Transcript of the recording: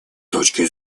точки